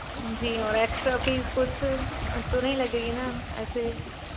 जी और extra fees कुछ तो नहीं लगेगी ना ऐसे